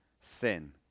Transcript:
sin